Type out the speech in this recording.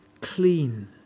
clean